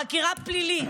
חקירה פלילית,